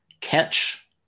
catch